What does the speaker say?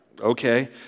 Okay